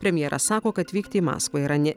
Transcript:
premjeras sako kad vykti į maskvą yra ne